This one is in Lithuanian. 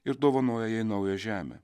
ir dovanoja jai naują žemę